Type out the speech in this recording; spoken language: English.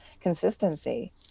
consistency